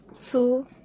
two